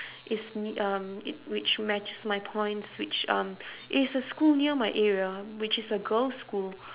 it's me~ um it which matches my points which um it's a school near my area which is a girls' school